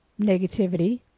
negativity